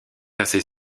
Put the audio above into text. assez